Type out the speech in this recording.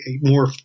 more